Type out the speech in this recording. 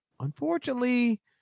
Unfortunately